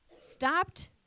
stopped